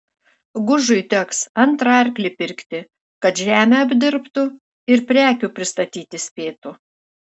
gužui teks antrą arklį pirkti kad žemę apdirbtų ir prekių pristatyti spėtų